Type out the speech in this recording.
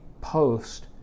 post